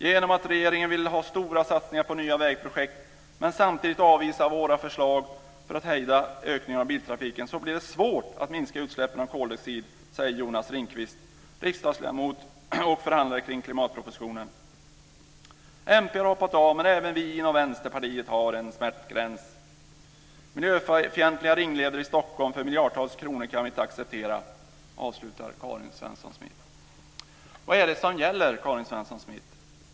Genom att regeringen vill ha stora satsningar på nya vägprojekt men samtidigt avvisar våra förslag för att hejda ökningen av biltrafiken så blir det svårt att minska utsläppen av koldioxid, säger Jonas Mp har hoppat av men även vi inom Vänsterpartiet har en smärtgräns. Miljöfientliga ringleder i Stockholm för miljardtals kronor kan vi inte acceptera, avslutar Karin Vad är det som gäller Karin Svensson Smith?